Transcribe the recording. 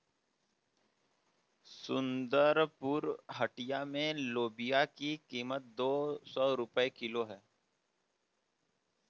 सुंदरपुर हटिया में लोबिया की कीमत दो सौ रुपए किलो है